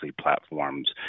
platforms